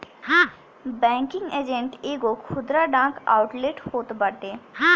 banking agent एगो खुदरा डाक आउटलेट होत बाटे